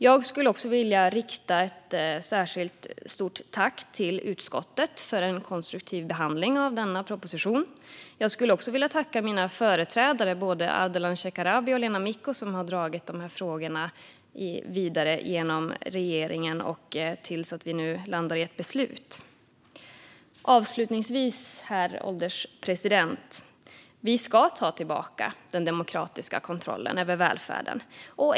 Jag skulle vilja rikta ett särskilt stort tack till utskottet för en konstruktiv behandling av denna proposition. Jag skulle också vilja tacka mina företrädare Ardalan Shekarabi och Lena Mikko, som har dragit de här frågorna vidare genom regeringen tills vi nu landar i ett beslut. Avslutningsvis, herr ålderspresident, ska vi ta tillbaka den demokratiska kontrollen över välfärden.